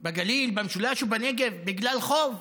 בגליל, במשולש או בנגב, בגלל חוב.